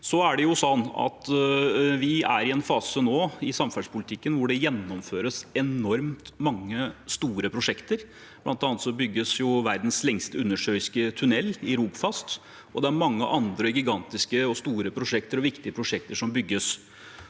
Vi er nå i en fase i samferdselspolitikken hvor det gjennomføres enormt mange store prosjekter. Blant annet bygges verdens lengste undersjøiske tunnel, Rogfast, og det er mange andre gigantiske og viktige prosjekter som bygges.